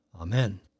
Amen